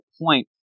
point